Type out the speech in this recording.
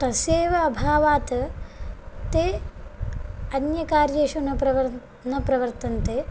तस्यैव अभावात् ते अन्यकार्येषु न प्रवर्त् न प्रवर्तन्ते